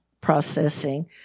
processing